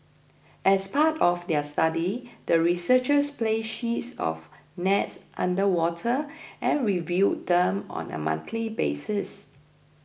as part of their study the researchers placed sheets of nets underwater and reviewed them on a monthly basis